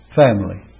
family